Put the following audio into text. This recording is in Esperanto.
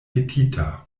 petita